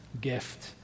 gift